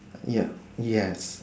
ya yes